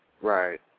Right